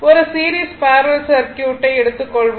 ஒரு series parallel சர்க்யூட்டை எடுத்துக்கொள்வோம்